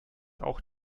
auch